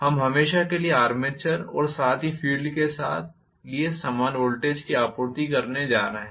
हम हमेशा के लिए आर्मेचर और साथ ही फ़ील्ड के लिए समान वोल्टेज की आपूर्ति करने जा रहे हैं